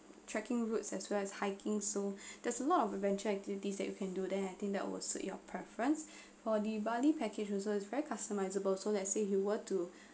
trekking routes as well as hiking so there's a lot of adventure activities that you can do then I think that was your preference for the bali package also it's very customizable so let's say if you were to